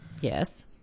Yes